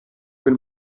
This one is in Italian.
quel